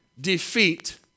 defeat